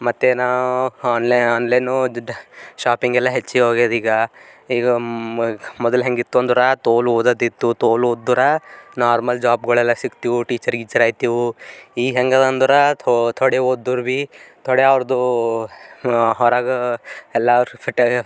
ಮತ್ತೇನು online online shopping ಎಲ್ಲಾ ಹೆಚ್ಚಿ ಹೋಗ್ಯದೀಗ ಈಗ ಮೊದಲು ಹೇಗಿತ್ತು ಅಂದ್ರೆ ತೋಲು ಓದೋದಿತ್ತು ತೋಲು ಓದ್ದರ ನಾರ್ಮಲ್ ಜಾಬ್ಗಳೆಲ್ಲ ಸಿಕ್ತಿವು ಟೀಚರ್ ಗೀಚರ್ ಆಯ್ತಿವು ಈಗ ಹೇಗದ ಅಂದ್ರೆ ಥೋಡೆ ಓದ್ದರು ಭಿ ಥೋಡೆ ಅವ್ರ್ದು ಹೊರಗೆ ಎಲ್ಲರು